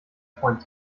freund